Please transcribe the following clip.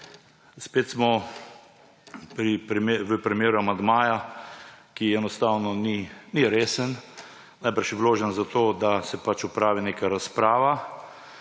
Spet smo na primeru amandmaja, ki enostavno ni resen. Verjetno je vložen zato, da se pač opravi neka razprava.